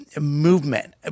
movement